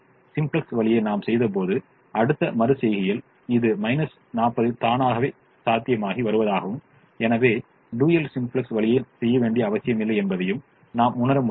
simplex வழியை நாம் செய்தபோது அடுத்த மறு செய்கையில் இது 40 தானாகவே சாத்தியமாகி வருவதாகவும் எனவே டூயல் சிம்ப்ளக்ஸ் வழியைச் செய்ய வேண்டிய அவசியமில்லை என்பதையும் நாம் உணர முடியும்